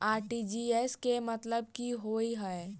RTGS केँ मतलब की होइ हय?